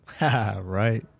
Right